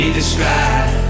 describe